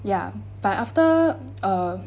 ya but after uh